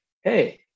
Hey